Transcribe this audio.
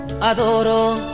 adoro